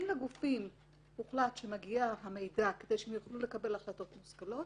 אם לגופים הוחלט שיגיע המידע כדי שהם יוכלו לקבל החלטות מושכלות,